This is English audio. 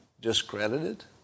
discredited